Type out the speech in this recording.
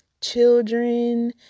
children